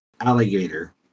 alligator